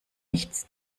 nichts